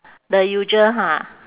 the usual ha